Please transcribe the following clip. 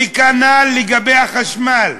וכנ"ל לגבי החשמל,